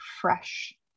fresh